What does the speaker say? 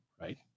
right